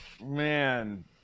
man